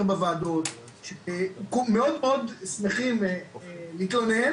בוועדות שכולם מאוד מאוד שמחים להתלונן